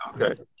Okay